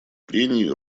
прений